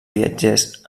viatgers